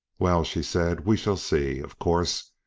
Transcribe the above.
well, she said, we shall see of course,